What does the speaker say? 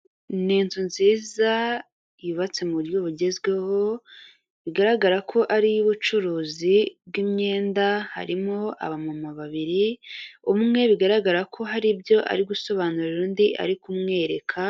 Ni inzu nziza yubatse mu buryo bugezweho bigaragara ko ariy'ubucuruzi bw'imyenda, harimo abamama babiri, umwe bigaragara ko hari ibyo ari gusobanurira undi ari kumwereka.